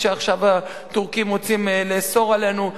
שעכשיו הטורקים רוצים לאסור עלינו.